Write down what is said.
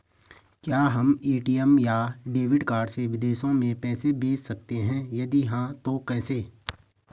क्या हम ए.टी.एम या डेबिट कार्ड से विदेशों में पैसे भेज सकते हैं यदि हाँ तो कैसे?